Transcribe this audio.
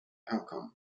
outcomes